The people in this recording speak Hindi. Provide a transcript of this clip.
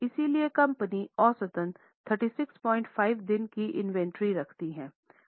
इसलिए कंपनी औसतन 365 दिन की इन्वेंट्री रखती है